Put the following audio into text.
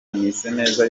mwiseneza